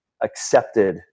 accepted